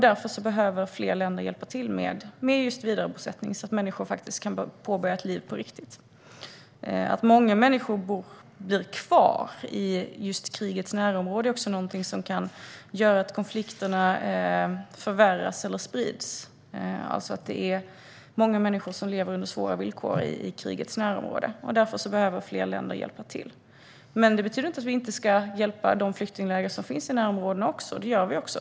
Därför behöver fler länder hjälpa till med vidarebosättning, så att människor kan påbörja ett liv på riktigt. Att många människor blir kvar i krigets närområde under svåra villkor är också någonting som kan göra att konflikterna förvärras eller sprids. Även därför behöver fler länder hjälpa till. Men det betyder inte att vi inte ska hjälpa till även i de flyktingläger som finns i närområdena. Det är också något vi gör.